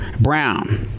Brown